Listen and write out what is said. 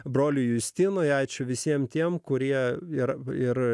broliui justinui ačiū visiems tiems kurie ir ir